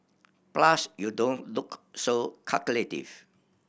plus you don't look so calculative